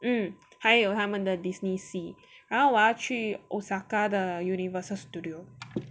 hmm 还有他们的 Disney Sea 然后我要去 Osaka the Universal Studio